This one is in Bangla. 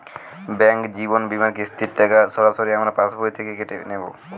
ব্যাঙ্ক জীবন বিমার কিস্তির টাকা কি সরাসরি আমার পাশ বই থেকে কেটে নিবে?